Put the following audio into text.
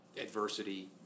adversity